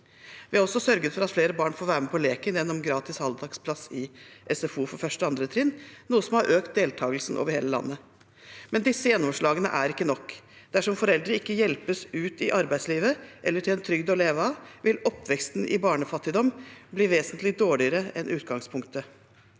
Vi har også sørget for at flere barn får være med på leken gjennom gratis halvdagsplass i SFO for 1. og 2. trinn, noe som har økt deltakelsen over hele landet. Men disse gjennomslagene er ikke nok. Dersom foreldre ikke hjelpes ut i arbeidslivet eller får en trygd å leve av, vil oppveksten i fattigdom bli vesentlig dårligere enn utgangspunktet.